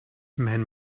mein